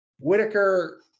Whitaker